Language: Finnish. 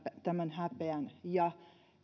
tämän häpeän ja